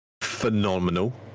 phenomenal